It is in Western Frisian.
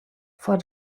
foar